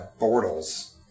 Bortles